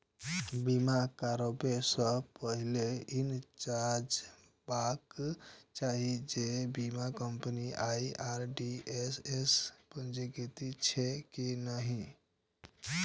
बीमा कराबै सं पहिने ई जांचबाक चाही जे बीमा कंपनी आई.आर.डी.ए सं पंजीकृत छैक की नहि